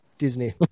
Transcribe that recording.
disney